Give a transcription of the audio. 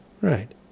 Right